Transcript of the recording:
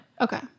Okay